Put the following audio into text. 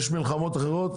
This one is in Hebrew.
יש מלחמות אחרות,